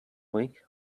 week